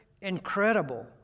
incredible